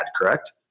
Correct